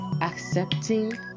accepting